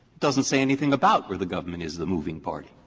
doesn't say anything about where the government is the moving party.